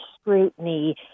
scrutiny